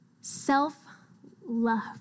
Self-love